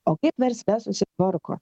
o kaip versle susitvarko